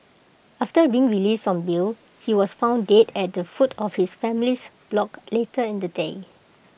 after being released on bail he was found dead at the foot of his family's block later in the day